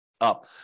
up